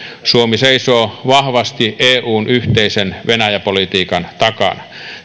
suomi seisoo vahvasti eun yhteisen venäjä politiikan takana